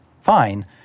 fine